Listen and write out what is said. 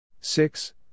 Six